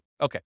Okay